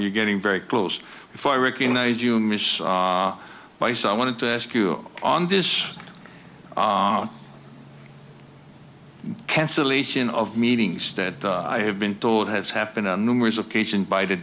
you're getting very close if i recognize you miss by so i wanted to ask you on this cancellation of meetings that i have been told has happened on numerous occasions by the